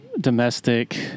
domestic